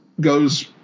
goes